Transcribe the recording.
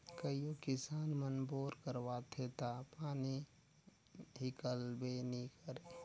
कइयो किसान मन बोर करवाथे ता पानी हिकलबे नी करे